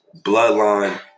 bloodline